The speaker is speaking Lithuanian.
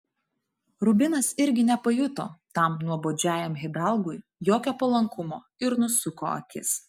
rubinas irgi nepajuto tam nuobodžiajam hidalgui jokio palankumo ir nusuko akis